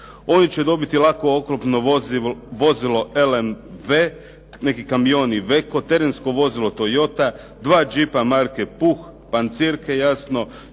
Oni će dobiti lako oklopno vozilo LMV, neki kamion Iveco, terensko vozilo Toyota, dva džipa marke Pooh, pancirke jasno,